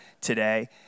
today